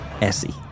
Essie